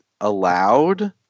allowed